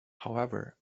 however